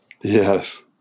Yes